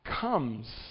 comes